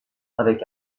avec